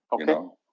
Okay